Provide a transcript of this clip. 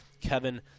Kevin